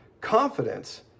Confidence